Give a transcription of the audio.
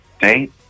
date